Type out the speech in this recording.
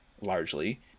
largely